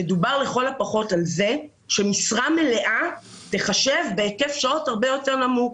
ידובר לכל הפחות על זה שמשרה מלאה תיחשב בהיקף שעות הרבה יותר נמוך.